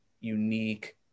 unique